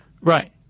Right